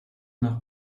nach